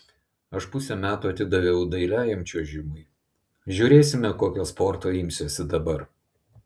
aš pusę metų atidaviau dailiajam čiuožimui žiūrėsime kokio sporto imsiuosi dabar